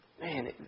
Man